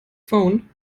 phone